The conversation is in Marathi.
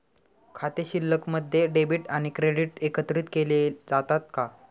खाते शिल्लकमध्ये डेबिट आणि क्रेडिट एकत्रित केले जातात का?